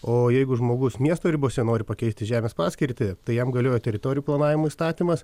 o jeigu žmogus miesto ribose nori pakeisti žemės paskirtį tai jam galioja teritorijų planavimo įstatymas